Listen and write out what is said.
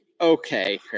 okay